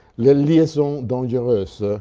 le liaisons dangereuses.